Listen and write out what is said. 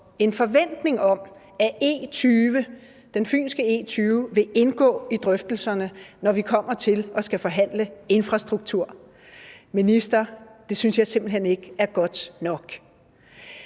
en forventning om – at E20, den fynske E20, vil indgå i drøftelserne, når vi kommer til at skulle forhandle infrastruktur. Minister, det synes jeg simpelt hen ikke er godt nok.